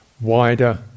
wider